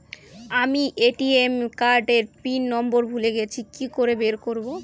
আমি ATM card এর pin number ভুলে গেছি কি করে বের করব?